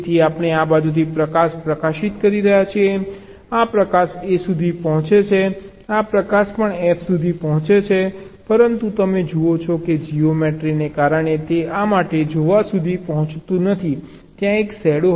તેથી આપણે આ બાજુથી પ્રકાશ પ્રકાશિત કરી રહ્યા છીએ આ પ્રકાશ A સુધી પહોંચે છે આ પ્રકાશ પણ F સુધી પહોંચે છે પરંતુ તમે જુઓ છો કે જીઓમેટ્રી ને કારણે તે આ માટે જોવા સુધી પહોંચતું નથી ત્યાં એક શેડો હશે